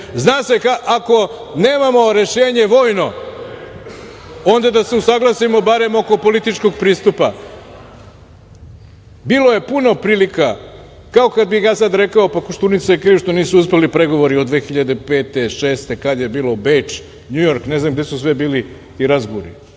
Zna se, ako nemamo vojno rešenje, onda da se usaglasimo barem oko političkog pristupa. Bilo je puno prilika, kao što bih ja sada rekao pa Koštunica je kriv što nisu uspeli pregovori od 2005, 2006. godine kada je bilo Beč, Njujork ne znam gde su sve bili ti razgovori?